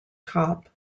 top